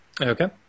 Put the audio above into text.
okay